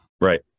Right